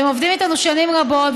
הם עובדים איתנו שנים רבות,